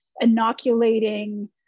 inoculating